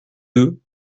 deux